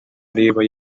areba